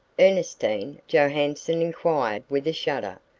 ernestine johanson inquired with a shudder.